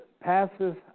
passes